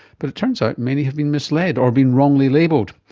but it turns out many have been misled or been wrongly labelled.